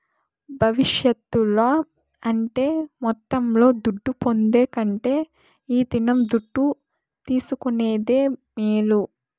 భవిష్యత్తుల అంటే మొత్తంలో దుడ్డు పొందే కంటే ఈ దినం దుడ్డు తీసుకునేదే మేలు